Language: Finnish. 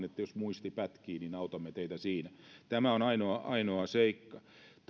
jos muisti pätkii niin autamme teitä siinä tämä on ainoa ainoa seikka